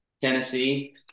Tennessee